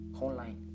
online